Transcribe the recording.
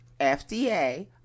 FDA